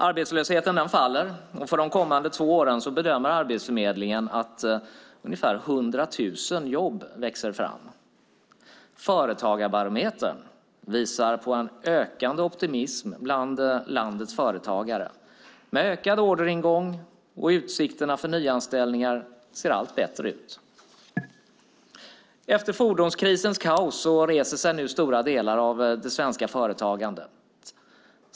Arbetslösheten faller, och för de kommande två åren bedömer Arbetsförmedlingen att ungefär 100 000 jobb växer fram. Företagarbarometern visar på en ökande optimism bland landets företagare med ökad orderingång. Utsikterna för nyanställningar ser allt bättre ut. Efter fordonskrisens kaos reser sig nu stora delar av det svenska företagandet.